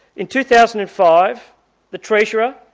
in two thousand and five the treasurer,